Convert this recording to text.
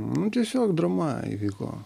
nu tiesiog drama įvyko